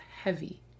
heavy